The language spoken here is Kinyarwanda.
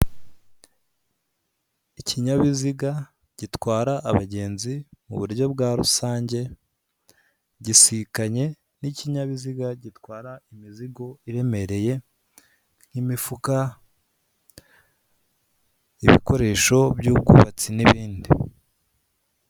Ikinyabiziga gitwara abagenzi mu buryo bwa rusange, gisikanye n'ikinyabiziga gitwara imizigo iremereye, nk'imifuka ibikoresho by'ubwubatsi n'ibindi.